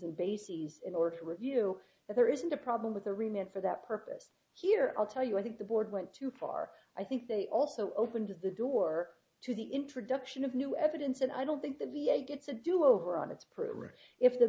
and bases in order to review that there isn't a problem with the remit for that purpose here i'll tell you i think the board went too far i think they also opened the door to the introduction of new evidence and i don't think the v a gets a do over on its program if the